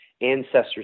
ancestors